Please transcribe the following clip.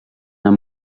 amb